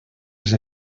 les